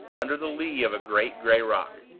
under the lee of a great gray rock.